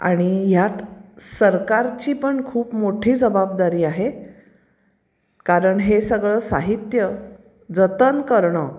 आणि ह्यात सरकारची पण खूप मोठी जबाबदारी आहे कारण हे सगळं साहित्य जतन करणं